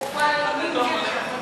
מופע אימים, הכתום הולם אותך.